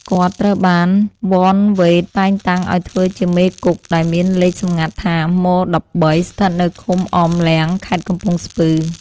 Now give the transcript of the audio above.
គាត់ត្រូវបាន វ៉ន វ៉េត តែងតាំងឱ្យធ្វើជាមេគុក ដែលមានលេខសម្ងាត់ថា ម-១៣ ស្ថិតនៅឃុំអមលាំង ខេត្តកំពង់ស្ពឺ។